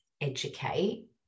educate